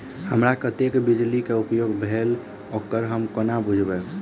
हमरा कत्तेक बिजली कऽ उपयोग भेल ओकर हम कोना बुझबै?